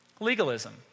Legalism